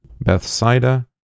Bethsaida